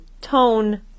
tone